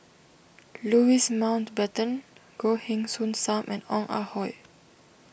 Louis Mountbatten Goh Heng Soon Sam and Ong Ah Hoi